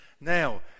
now